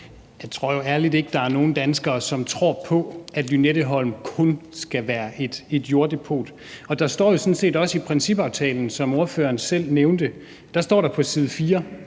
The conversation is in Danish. Jeg tror ærlig talt ikke, at der er nogen danskere, som tror på, at Lynetteholm kun skal være et jorddepot. Og der står jo sådan set også i principaftalen, som ordføreren selv nævnte, på side 4: